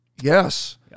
Yes